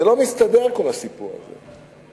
זה לא מסתדר, כל הסיפור הזה.